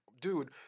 dude